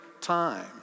time